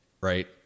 right